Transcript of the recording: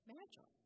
magic